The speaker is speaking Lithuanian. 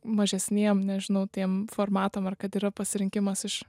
mažesniem nežinau tiem formatam ar kad yra pasirinkimas iš